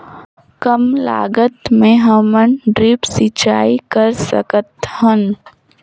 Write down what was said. कम लागत मे हमन ड्रिप सिंचाई कर सकत हन?